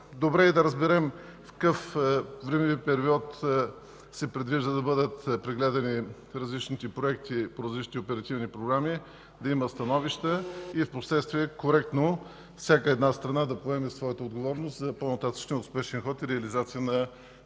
Добре е да разберем в какъв времеви период се предвижда да бъдат разгледани различните проекти по различните оперативни програми, да има становище и впоследствие всяка една страна да поеме своята отговорност за по-нататъшния успешен ход и реализация на